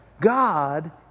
God